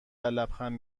لبخند